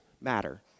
matter